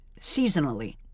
seasonally